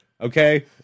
Okay